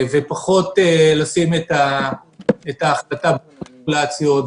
ופחות להתייחס להחלטה במניפולציות.